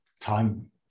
time